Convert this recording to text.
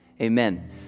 amen